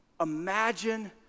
Imagine